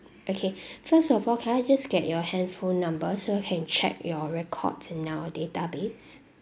okay first of all can I just get your handphone number so I can check your records in our database